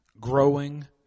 growing